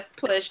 push